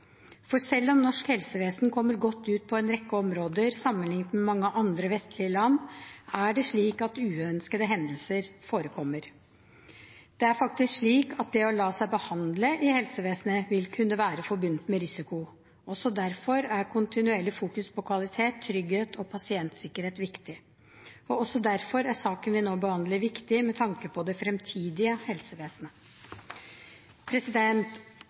Selv om norsk helsevesen kommer godt ut på en rekke områder, sammenlignet med mange andre vestlige land, er det slik at uønskede hendelser forekommer. Det er faktisk slik at det å la seg behandle i helsevesenet vil kunne være forbundet med risiko. Også derfor er kontinuerlig fokus på kvalitet, trygghet og pasientsikkerhet viktig. Og også derfor er saken vi nå behandler, viktig med tanke på det fremtidige helsevesenet.